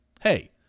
hey